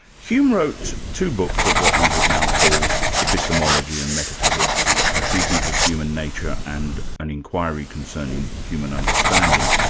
hume wrote two books of what we would now call epistemology and metaphysics a treatise of human nature and an inquiry concerning human understanding.